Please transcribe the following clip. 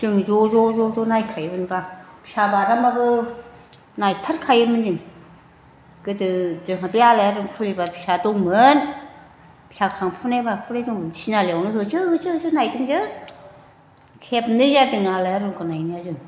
जों ज' ज' ज' ज' नायखायोमोनब्ला फिसा बानानैब्लाबो नायथारखायोमोन जों गोदो जोंहा बे आलायारन खुलिबा दंमोन फिसा खांफुनाय मा फुनाय जों थिनालिआवनो होसो होसो होसो होसो नायदों जों खेबनै जादों आलायारनखौ नायनाया जों